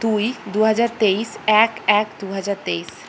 দুই দু হাজার তেইশ এক এক দু হাজার তেইশ